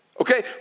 Okay